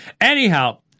Anyhow